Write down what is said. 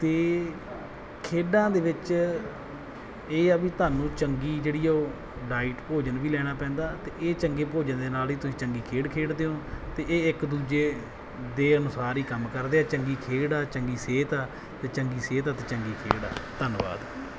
ਅਤੇ ਖੇਡਾਂ ਦੇ ਵਿੱਚ ਇਹ ਆ ਵੀ ਤੁਹਾਨੂੰ ਚੰਗੀ ਜਿਹੜੀ ਉਹ ਡਾਈਟ ਭੋਜਨ ਵੀ ਲੈਣਾ ਪੈਂਦਾ ਅਤੇ ਇਹ ਚੰਗੇ ਭੋਜਨ ਦੇ ਨਾਲ ਹੀ ਤੁਸੀਂ ਚੰਗੀ ਖੇਡ ਖੇਡਦੇ ਹੋ ਅਤੇ ਇਹ ਇੱਕ ਦੂਜੇ ਦੇ ਅਨੁਸਾਰ ਹੀ ਕੰਮ ਕਰਦੇ ਆ ਚੰਗੀ ਖੇਡ ਆ ਚੰਗੀ ਸਿਹਤ ਆ ਅਤੇ ਚੰਗੀ ਸਿਹਤ ਆ ਅਤੇ ਚੰਗੀ ਖੇਡ ਆ ਧੰਨਵਾਦ